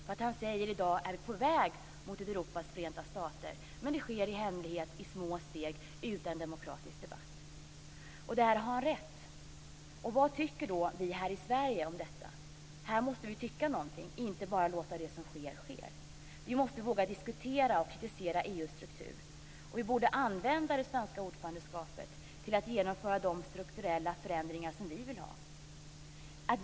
Han säger att vi i dag är på väg mot ett Europas förenta stater, men det sker i hemlighet, i små steg och utan demokratisk debatt. Där har han rätt. Vad tycker då vi här i Sverige om detta? Här måste vi tycka någonting och inte bara låta det som sker ske. Vi måste våga diskutera och kritisera EU:s struktur. Vi borde använda det svenska ordförandeskapet till att genomföra de strukturella förändringar som vi vill ha.